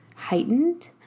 heightened